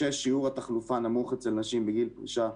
6. שיעור התחלופה נמוך אצל נשים בגיל פרישה,